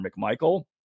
McMichael